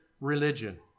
religion